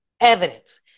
evidence